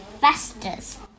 fastest